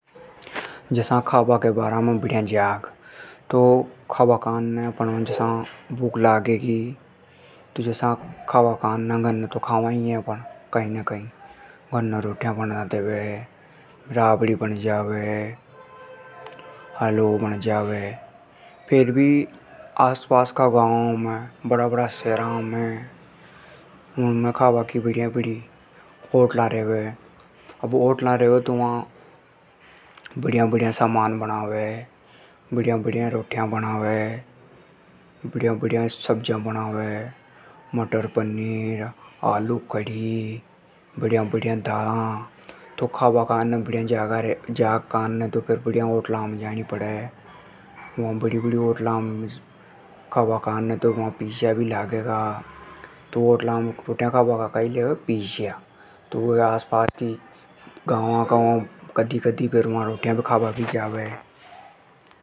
जसा खाबा का बारा में बढ़िया जाग। तो खा बा काने जसा भूख लागे गी तो घर ने तो खावा ही हे। घर ने रोटी बण जावे राबड़ी बन जावे। हलवो बण जावे। फेर भी आस पास का गांव में शहरा में होटला रेवे बड़ी-बड़ी। होटला पे बढ़िया बढ़िया सामान बणावे। बढ़िया रोटी साग बणावे। जसा मटर पनीर आलू कड़ी। तो खाबा काने बढ़िया होटला में जाणो पड़े। वा खाबा काने पैसा भी लगेगा। तो आस पास का गांव का वा रोटियां खाबा भी जावे।